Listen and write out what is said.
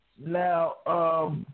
Now